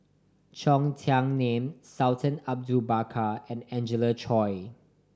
Cheng Tsang Man Sultan Abu Bakar and Angelina Choy